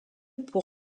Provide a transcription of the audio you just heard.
pour